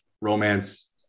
romance